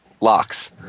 locks